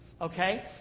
Okay